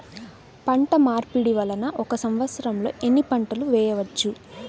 పంటమార్పిడి వలన ఒక్క సంవత్సరంలో ఎన్ని పంటలు వేయవచ్చు?